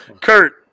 Kurt